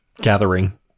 gathering